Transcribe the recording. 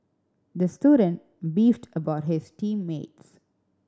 the student beefed about his team mates